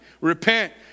Repent